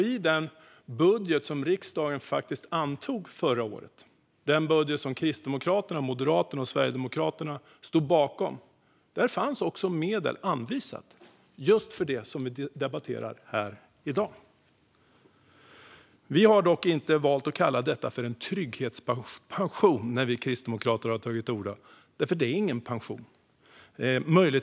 I den budget som riksdagen antog förra året - den budget som Kristdemokraterna, Moderaterna och Sverigedemokraterna stod bakom - fanns också medel anvisade just för det som debatteras här i dag. Vi kristdemokrater har dock inte valt att kalla detta för en trygghetspension när vi har tagit till orda, för det är ingen pension.